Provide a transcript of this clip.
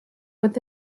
with